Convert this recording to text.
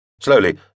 Slowly